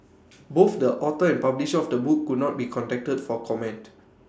both the author and publisher of the book could not be contacted for comment